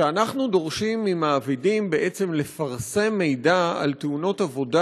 שאנחנו דורשים ממעבידים בעצם לפרסם מידע על תאונות עבודה